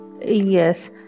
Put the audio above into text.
yes